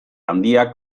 handiak